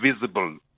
visible